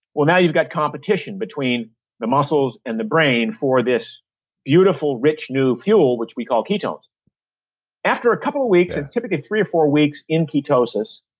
well now, you've got competition between the muscles and the brain for this beautiful, rich, new fuel which we call ketones after a couple weeks, and typically three or four weeks in ketosis,